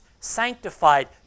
sanctified